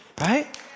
Right